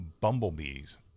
Bumblebees